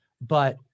but-